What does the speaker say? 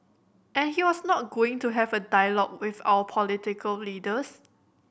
and he was not going to have a dialogue with our political leaders